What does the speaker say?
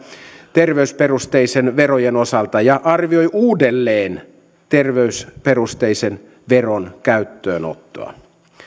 terveysperusteisten verojen osalta ja arvioi uudelleen terveysperusteisen veron käyttöönottoa